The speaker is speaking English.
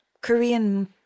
Korean